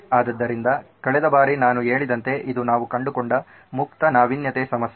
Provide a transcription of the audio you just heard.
ಆದ್ದರಿಂದ ಕಳೆದ ಬಾರಿ ನಾನು ಹೇಳಿದಂತೆ ಇದು ನಾವು ಕಂಡುಕೊಂಡ ಮುಕ್ತ ನಾವೀನ್ಯತೆ ಸಮಸ್ಯೆ